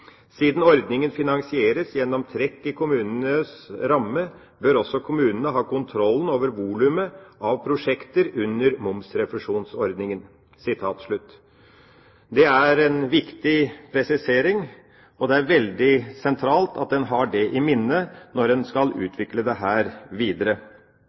ordningen finansieres gjennom trekk i kommunerammen, bør også kommunene ha kontrollen over volumet av prosjekter under momsrefusjonsordningen». Det er en viktig presisering, og det er veldig sentralt at en har dette i minne når man skal utvikle dette videre.